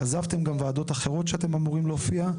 עזבתם גם וועדות אחרות שאתם אמורים להופיע,